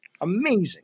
Amazing